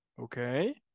okay